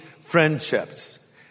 friendships